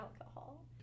alcohol